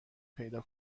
پیدا